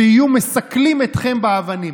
שיהיו מסקלים אתכם באבנים".